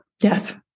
Yes